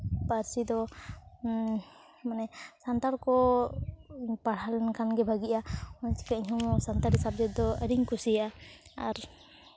ᱯᱟᱹᱨᱥᱤ ᱫᱚ ᱢᱟᱱᱮ ᱥᱟᱱᱛᱟᱲ ᱠᱚ ᱯᱟᱲᱦᱟᱣ ᱞᱮᱱᱠᱷᱟᱱ ᱜᱮ ᱵᱷᱟᱹᱜᱤᱜᱼᱟ ᱚᱱᱟ ᱪᱤᱠᱟ ᱤᱧᱦᱚᱸ ᱥᱟᱱᱛᱟᱲᱤ ᱥᱟᱵᱡᱮᱠᱴ ᱫᱚ ᱟᱹᱰᱤᱧ ᱠᱩᱥᱤᱭᱟᱜᱼᱟ ᱟᱨ